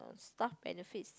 staff benefit